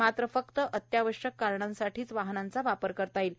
मात्र फक्त अत्यावश्यक कारणांसाठीच वाहनांचा वापर करता येईल